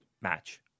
match